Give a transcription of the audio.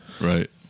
right